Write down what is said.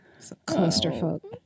clusterfuck